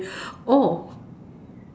oh